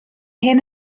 hyn